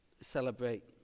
celebrate